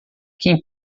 quem